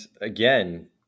again